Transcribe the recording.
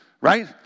right